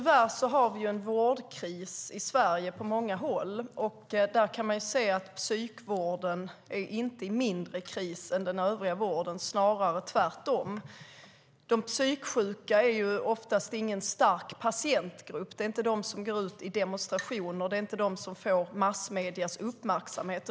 Fru talman! Tyvärr har vi på många håll en vårdkris i Sverige. Man kan se att psykvården inte är i mindre kris än den övriga vården, snarare tvärtom. De psyksjuka är oftast inte någon stark patientgrupp. Det är inte de som går ut i demonstration, och det är inte de som får massmediernas uppmärksamhet.